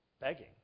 begging